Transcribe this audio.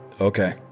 Okay